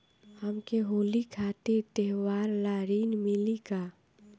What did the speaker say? हमके होली खातिर त्योहार ला ऋण मिली का?